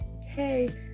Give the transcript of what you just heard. Hey